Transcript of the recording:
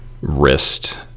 wrist